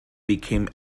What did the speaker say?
became